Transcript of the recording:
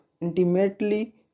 intimately